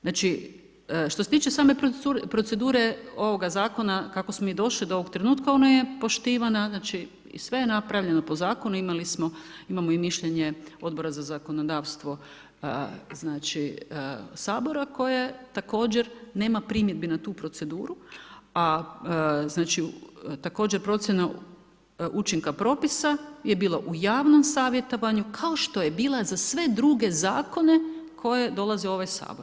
Znači, što se tiče same procedure ovoga zakona, kako smo mi došli do ovog trenutka, ona je poštovana, znači sve je napravljeno po zakonu, imali smo, imamo i mišljenje odbora za zakonodavstvo znači Sabora koje također nema primjedbe na tu proceduru, a znači također procjena učinka propisa je bila u javnom savjetovanju, kao što je bila za sve druge zakone koje dolaze u ovaj Sabor.